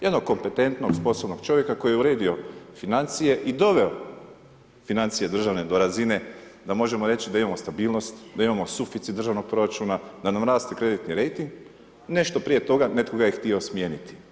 Jednog kompetentnog, sposobnog čovjeka, koji je uredio financije i doveo financije državne razine, da možemo reći da imamo stabilnost, da imamo suficit državnog proračuna, da nam raste kreditni rejting i nešto prije toga, netko ga je htio smijeniti.